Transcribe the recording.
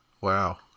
Wow